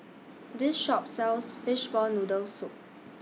This Shop sells Fishball Noodle Soup